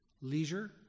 Leisure